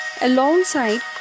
alongside